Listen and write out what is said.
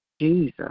Jesus